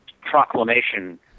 proclamation